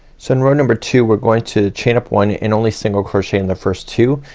so in row number two we're going to chain up one, and only single crochet in the first two.